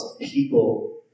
people